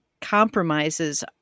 compromises